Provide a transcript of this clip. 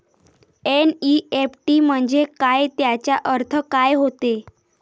NEFT म्हंजे काय, त्याचा अर्थ काय होते?